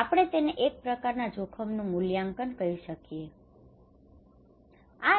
આપણે તેને એક પ્રકારના જોખમનું મૂલ્યાંકન કહી શકીએ છીએ